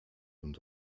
und